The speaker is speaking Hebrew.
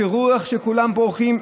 תראו איך שכולם בורחים,